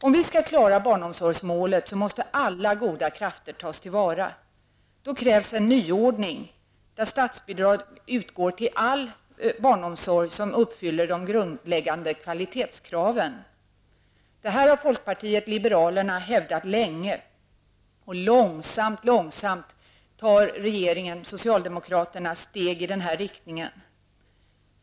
Om vi skall klara av att uppnå barnomsorgsmålet måste alla goda krafter tas till vara. Då krävs en nyordning där statsbidrag utgår till all barnomsorg som uppfyller de grundläggande kvalitetskraven. Detta har folkpartiet liberalerna hävdat länge. Långsamt, långsamt tar regeringen och socialdemokraterna steg i denna riktning.